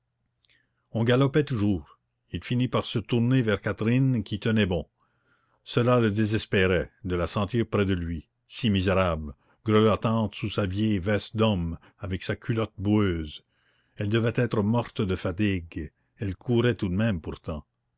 on galopait toujours il finit par se tourner vers catherine qui tenait bon cela le désespérait de la sentir près de lui si misérable grelottante sous sa vieille veste d'homme avec sa culotte boueuse elle devait être morte de fatigue elle courait tout de même pourtant